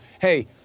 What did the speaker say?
hey